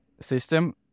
system